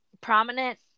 prominent